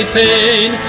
pain